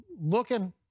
looking